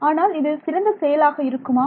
ஆனால் இது சிறந்த செயலாக இருக்குமா